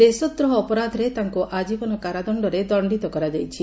ଦେଶଦ୍ରୋହ ଅପରାଧରେ ତାଙ୍କୁ ଆଜୀବନ କାରାଦଶ୍ତରେ ଦଶ୍ତିତ କରାଯାଇଛି